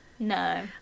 No